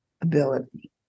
ability